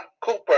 Cooper